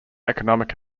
economic